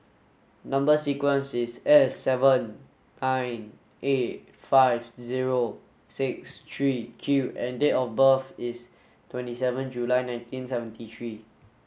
number sequence is S seven nine eight five zero six three Q and date of birth is twenty seven July nineteen seventy three